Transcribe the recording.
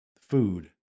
food